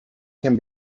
can